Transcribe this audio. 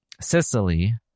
Sicily